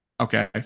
Okay